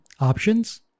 options